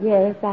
Yes